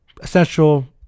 essential